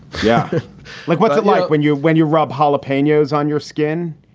yeah like, what's it like when you're when you rub jalapenos on your skin?